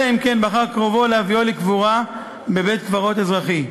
אלא אם כן בחר קרובו להביאו לקבורה בבית-קברות אזרחי".